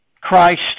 Christ